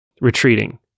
retreating